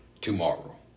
tomorrow